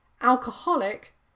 alcoholic